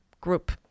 group